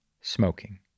smoking